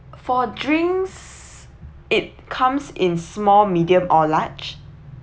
for drinks it comes in small medium or large